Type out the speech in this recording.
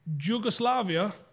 Yugoslavia